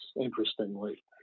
interestingly